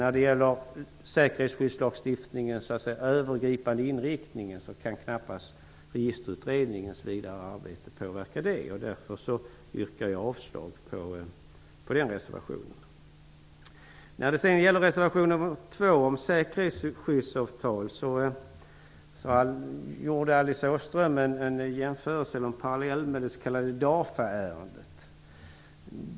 När det gäller säkerhetslagstiftningens övergripande inriktning kan denna knappast påverkas av Registerutredningens vidare arbete. Därför yrkar jag avslag på den reservationen. När det sedan gäller reservation 2 om säkerhetsskyddsavtal gjorde Alice Åström en parallell med det s.k. DAFA-ärendet.